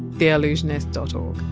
theallusionist dot o